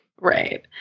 Right